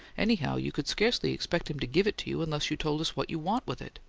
anyhow, you could scarcely expect him to give it to you, unless you told us what you want with it.